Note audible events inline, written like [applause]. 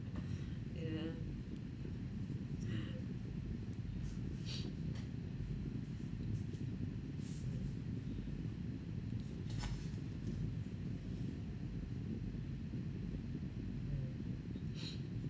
ya [laughs]